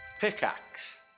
Pickaxe